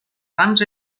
rams